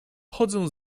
chodzę